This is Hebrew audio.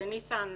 ניסן,